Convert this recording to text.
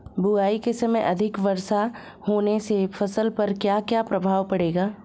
बुआई के समय अधिक वर्षा होने से फसल पर क्या क्या प्रभाव पड़ेगा?